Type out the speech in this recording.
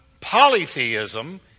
polytheism